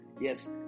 Yes